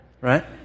Right